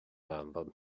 album